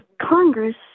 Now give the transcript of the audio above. Congress